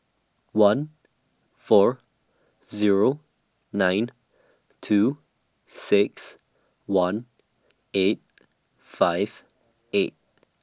one four Zero nine two six one eight five eight